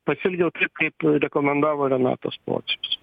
pasielgiau taip kaip rekomendavo renatas pocius